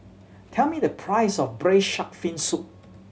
tell me the price of Braised Shark Fin Soup